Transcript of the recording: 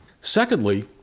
Secondly